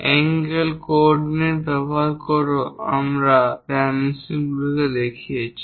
angle coordinate ব্যবহার করেও আমরা ডাইমেনশনগুলো দেখিয়েছি